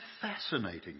fascinating